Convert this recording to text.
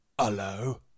Hello